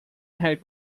had